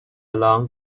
along